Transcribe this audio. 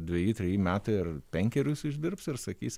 dveji treji metai ar penkerius išdirbs ir sakys